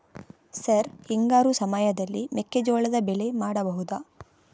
Sir ಹಿಂಗಾರು ಸಮಯದಲ್ಲಿ ಮೆಕ್ಕೆಜೋಳದ ಬೆಳೆ ಮಾಡಬಹುದಾ?